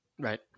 Right